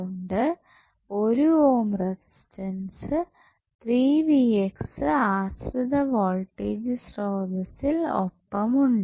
ഉണ്ട് 1 ohm resistance ആശ്രിത voltage സ്രോതസ്സിൽ ഒപ്പം ഉണ്ട്